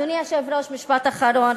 אדוני היושב-ראש, משפט אחרון.